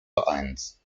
vereins